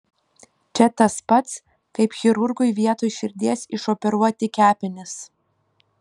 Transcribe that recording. čia tas pats kaip chirurgui vietoj širdies išoperuoti kepenis